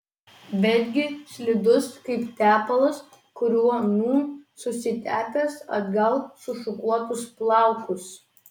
betgi slidus kaip tepalas kuriuo nūn susitepęs atgal sušukuotus plaukus